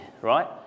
right